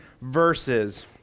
verses